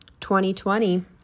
2020